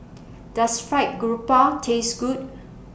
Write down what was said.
Does Fried Garoupa Taste Good